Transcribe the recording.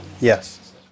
Yes